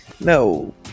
No